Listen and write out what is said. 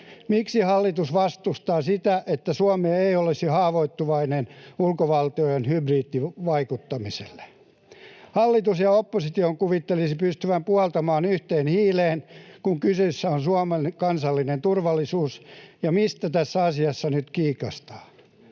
Miksi hallitus vastustaa sitä, että Suomi ei olisi haavoittuvainen ulkovaltojen hybridivaikuttamiselle? Hallituksen ja opposition kuvittelisi pystyvän puhaltamaan yhteen hiileen, kun kyseessä on Suomen kansallinen turvallisuus. Mistä tässä asiassa nyt kiikastaa?